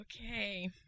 Okay